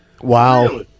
Wow